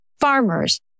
Farmers